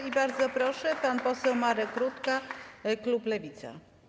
I bardzo proszę, pan poseł Marek Rutka, klub Lewica.